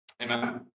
amen